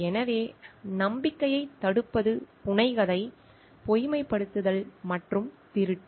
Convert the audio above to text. எனவே நம்பிக்கையைத் தடுப்பது புனைகதை பொய்மைப்படுத்தல் மற்றும் திருட்டு